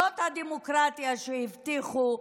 זאת הדמוקרטיה שהבטיחו,